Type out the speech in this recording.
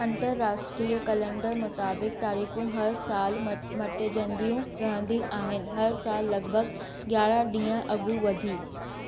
अंतर्राष्ट्रीय कैलेंडर मुताबिक़ तारीख़ूं हर साल मट मटजंदियूं रहंदी आहिनि हर साल लॻभॻि यारहं ॾींहं अॻु वधी